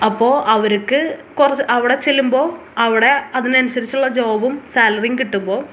അപ്പോൾ അവർക്ക് കുറച്ച് അവിടെ ചെല്ലുമ്പോൾ അവിടെ അതിനനുസരിച്ചുള്ള ജോബും സാലറിയും കിട്ടുമ്പോൾ